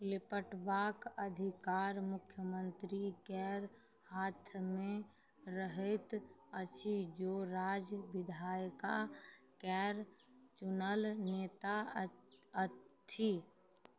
निपटबाक अधिकार मुख्यमन्त्रीके हाथमे रहैत अछि जो राज्य विधायिकाके चुनल नेता अ अछि